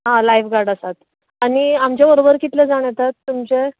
आं lifeguard आसात आनी आमचे बरोबर कितले जाण येतात तुमचे